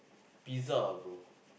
pizza ah bro